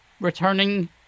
returning